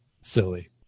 silly